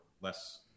less